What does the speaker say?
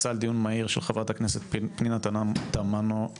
הצעה לדיון מהיר של חברת הכנסת פנינה תמנו-שטה.